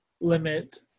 limit